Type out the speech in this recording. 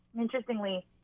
Interestingly